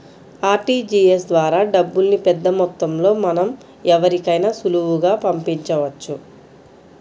RTGS ద్వారా డబ్బుల్ని పెద్దమొత్తంలో మనం ఎవరికైనా సులువుగా పంపించవచ్చు